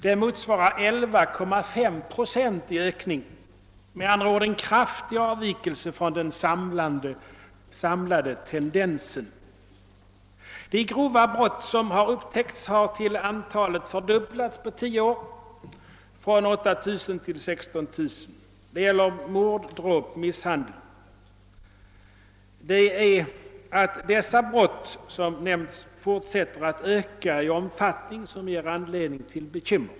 Det motsvarar en ökning med 11,5 procent, med andra ord en kraftig avvikelse från den samlade tendensen. De grova brott som har upptäckts har till antalet fördubblats på tio år, från 8 000 till 16 000. Det gäller mord, dråp och misshandel. Att dessa brott fortsätter att öka i omfattning ger, som nämnts, anledning till bekymmer.